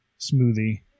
smoothie